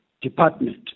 Department